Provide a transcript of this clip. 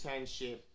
internship